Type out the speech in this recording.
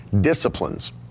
disciplines